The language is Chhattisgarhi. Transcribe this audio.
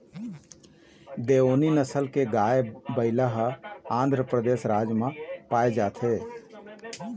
देओनी नसल के गाय, बइला ह आंध्रपरदेस राज म पाए जाथे